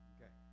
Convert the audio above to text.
Okay